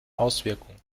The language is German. außenwirkung